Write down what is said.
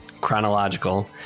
chronological